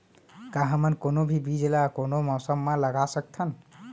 का हमन कोनो भी बीज ला कोनो मौसम म लगा सकथन?